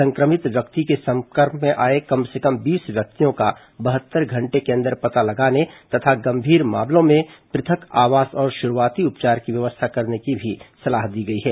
संक्रमित व्यक्ति के संपर्क में आए कम से कम बीस व्यक्तियों का बहत्तर घंटे के अंदर पता लगाने तथा गंभीर मामलों में पृथक आवास और शुरूआती उपचार की व्यवस्था करने की भी सलाह दी गई है